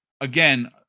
Again